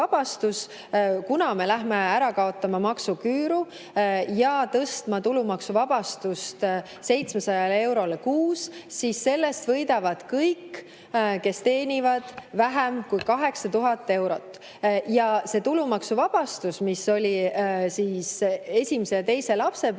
kuna me lähme ära kaotama maksuküüru ja tõstma tulumaksuvabastust 700 eurole kuus – võidavad kõik, kes teenivad vähem kui 8000 eurot. Ja seda tulumaksuvabastust, mis oli esimese ja teise lapse pealt,